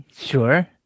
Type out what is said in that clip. Sure